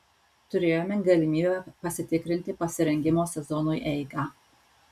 turėjome galimybę pasitikrinti pasirengimo sezonui eigą